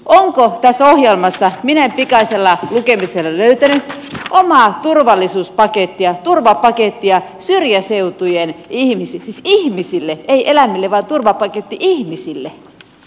onko tässä ohjelmassa minä en pikaisella lukemisella löytänyt omaa turvallisuuspakettia turvapakettia syrjäseutujen ihmisille siis ihmisille ei eläimille vaan turvapaketti ihmisille